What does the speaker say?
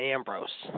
Ambrose